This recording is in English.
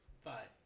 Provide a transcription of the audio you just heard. Five